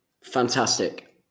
Fantastic